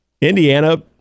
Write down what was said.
Indiana